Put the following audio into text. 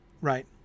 right